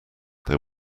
there